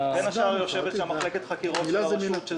בין השאר יושבת שם מחלקת חקירות של הרשות.